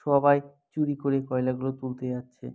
সবাই চুরি করে কয়লাগুলো তুলতে যাচ্ছে